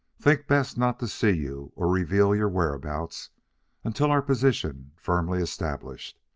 think best not to see you or reveal your whereabouts until our position firmly established.